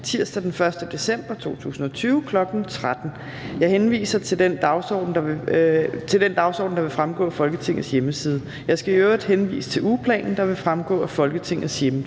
tirsdag den 1. december 2020, kl. 13.00. Jeg henviser til den dagsorden, der vil fremgå af Folketingets hjemmeside. Jeg skal i øvrigt henvise til ugeplanen, der vil fremgå af Folketingets hjemmeside.